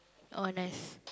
oh nice